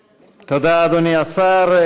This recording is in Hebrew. תודה, אדוני השר.